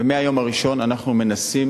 ומהיום הראשון אנחנו מנסים